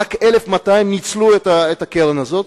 ורק 1,200 מהם ניצלו את הקרן הזאת.